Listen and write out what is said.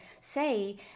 say